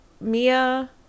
Mia